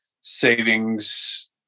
savings